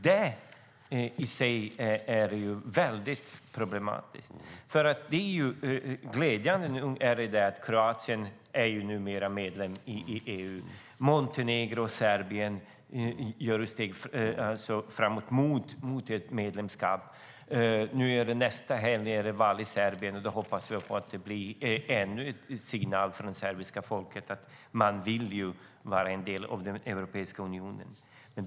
Det är i sig väldigt problematiskt. Det är glädjande att Kroatien numera är medlem i EU. Montenegro och Serbien tar steg framåt mot ett medlemskap. Nästa helg är det val i Serbien, och vi hoppas att det blir ännu en signal från det serbiska folket att man vill vara en del av Europeiska unionen.